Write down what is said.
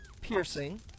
piercing